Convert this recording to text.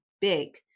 big